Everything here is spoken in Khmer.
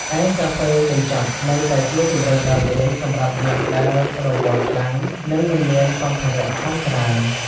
ឯកាហ្វេកញ្ចប់ នៅតែជាជម្រើសដ៏លឿនសម្រាប់អ្នកដែលរវល់ខ្លាំង និងមិនមានសម្ភារៈឆុងច្រើន។